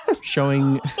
showing